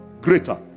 Greater